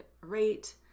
rate